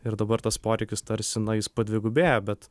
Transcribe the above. ir dabar tas poreikis tarsi na jis padvigubėja bet